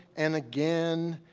and again,